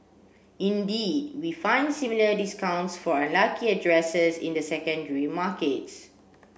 indeed we find similar discounts for unlucky addresses in the secondary markets